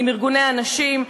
עם ארגוני הנשים,